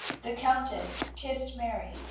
the countess kissed mary,